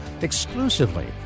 exclusively